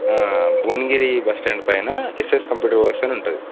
Bhuvanagiri bus stand పైన SS computer works అని ఉంటుంది